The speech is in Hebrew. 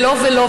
ולא ולא.